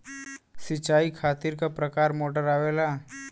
सिचाई खातीर क प्रकार मोटर आवेला?